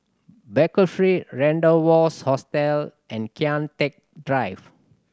Baker Street Rendezvous Hotel and Kian Teck Drive